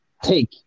take